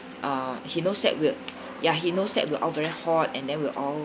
uh he knows that we ya he knows that we all hot and then we all